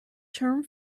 term